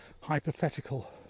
hypothetical